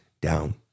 down